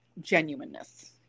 genuineness